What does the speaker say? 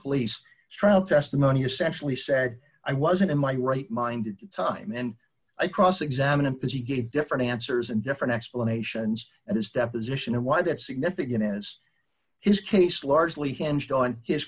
police trial testimony essentially said i wasn't in my right mind time and i cross examine him as you get different answers and different explanations and his deposition and why that's significant as his case largely hinged on his